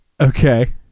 Okay